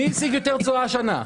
מי השיג יותר תשואה השנה?